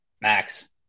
max